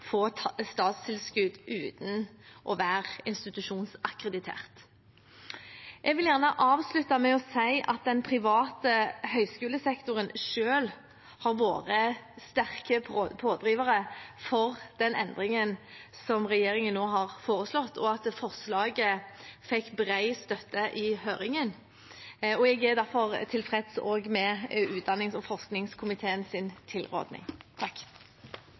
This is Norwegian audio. få statstilskudd uten å være institusjonsakkreditert. Jeg vil gjerne avslutte med å si at den private høyskolesektoren selv har vært en sterk pådriver for den endringen som regjeringen nå har foreslått, og at forslaget fikk bred støtte i høringen. Jeg er derfor også tilfreds med utdannings- og